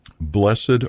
Blessed